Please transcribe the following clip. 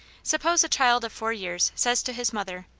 suppose a child of four years says to his mother,